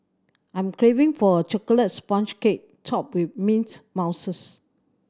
I'm craving for a chocolate sponge cake topped with mint mousses